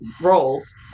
roles